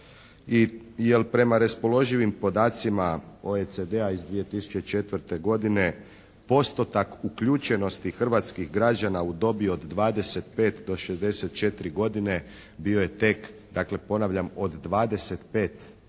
prema raspoloživim podacima OECD-a iz 2004. godine postotak uključenosti hrvatskih građana u dobi od 25 do 64 godine bio tek, dakle